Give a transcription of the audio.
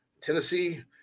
Tennessee